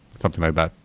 something like that.